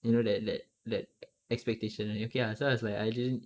you know that that that ex~ expectation okay ah so I was like I didn't